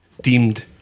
deemed